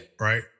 Right